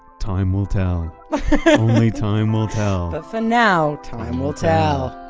time will tell only time will tell but for now, time will tell